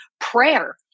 prayer